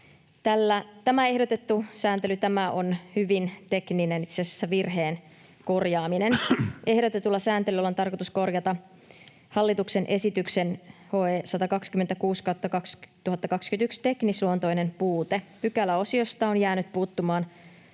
Tämä ehdotettu sääntely on hyvin tekninen, itse asiassa virheen korjaaminen. Ehdotetulla sääntelyllä on tarkoitus korjata hallituksen esityksen HE 126/2021 teknisluontoinen puute: pykäläosiosta on jäänyt puuttumaan